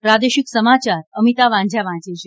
પ્રાદેશિક સમાચાર અમિતા વાંઝા વાંચે છે